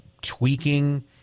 tweaking